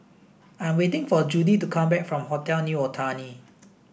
I'm waiting for Judy to come back from Hotel New Otani